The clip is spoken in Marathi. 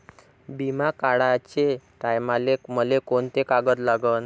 बिमा काढाचे टायमाले मले कोंते कागद लागन?